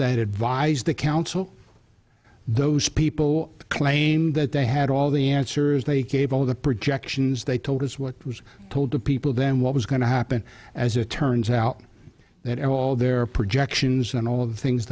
that advised the council those people claim that they had all the answers they gave all the projections they told us what was told to people then what was going to happen as it turns out that all their projections and all of the things